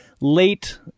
late